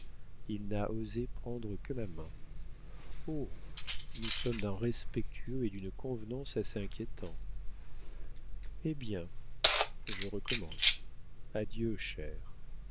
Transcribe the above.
il n'a osé prendre que ma main oh nous sommes d'un respectueux et d'une convenance assez inquiétants eh bien je recommence adieu chère